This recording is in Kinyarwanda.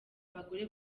abagore